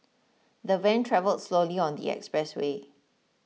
the van travelled slowly on the expressway